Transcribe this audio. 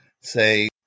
say